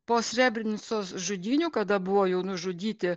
po srebrenicos žudynių kada buvo jau nužudyti